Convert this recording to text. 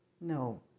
No